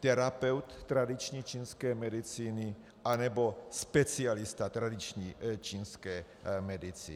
terapeut tradiční čínské medicíny anebo specialista tradiční čínské medicíny.